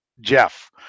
Jeff